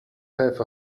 have